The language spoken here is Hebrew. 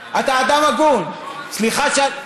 לא, רגע,